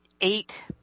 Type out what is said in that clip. eight